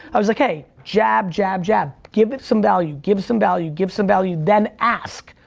i was like hey, jab, jab, jab. give it some value, give some value, give some value, then ask,